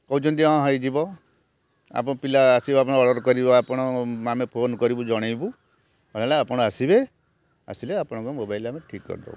କହୁଛନ୍ତି ହଁ ହୋଇଯିବ ଆମ ପିଲା ଆସିବ ଅର୍ଡ଼ର୍ କରିବେ ଆପଣ ଆମେ ଫୋନ୍ କରିବୁ ଜଣେଇବୁ ଜଣେଇଲେ ଆପଣ ଆସିବେ ଆସିଲେ ଆପଣଙ୍କ ମୋବାଇଲ୍ ଆମେ ଠିକ୍ କରିଦେବୁ